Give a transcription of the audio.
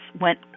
went